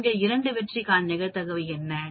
4 இல் 2 வெற்றிக்கான நிகழ்தகவு என்ன